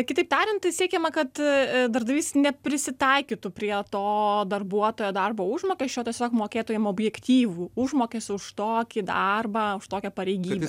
kitaip tariant tai siekiama kad darbdavys neprisitaikytų prie to darbuotojo darbo užmokesčio tiesiog mokėtų jam objektyvų užmokestį už tokį darbą už tokią pareigybę